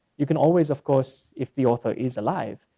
you can always, of course, if the author is alive,